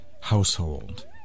household